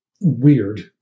weird